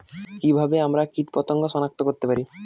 কিভাবে আমরা কীটপতঙ্গ সনাক্ত করতে পারি?